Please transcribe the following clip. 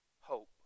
hope